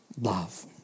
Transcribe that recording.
love